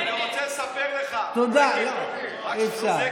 אני רוצה לספר לך, תודה, אי-אפשר.